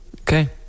okay